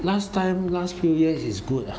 last time last few years is good